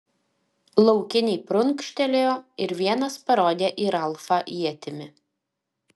laukiniai prunkštelėjo ir vienas parodė į ralfą ietimi